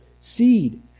seed